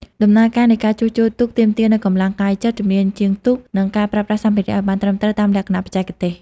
ដំណើរការនៃការជួសជុលទូកទាមទារនូវកម្លាំងកាយចិត្ត ជំនាញជាងទូក និងការប្រើប្រាស់សម្ភារៈឲ្យបានត្រឹមត្រូវតាមលក្ខណៈបច្ចេកទេស។